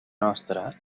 nostra